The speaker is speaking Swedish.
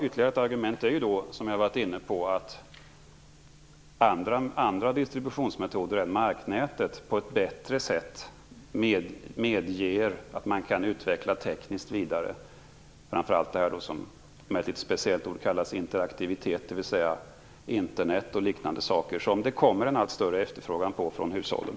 Ytterligare ett argument som jag har varit inne på är ju att andra distributionsmetoder än marknätet på ett bättre sätt medger att man tekniskt kan utveckla det här vidare. Det gäller framför allt det som med ett litet speciellt ord kallas interaktivitet, dvs. Internet och liknande saker, som det kommer en allt större efterfrågan på från hushållen.